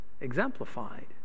exemplified